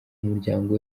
muryango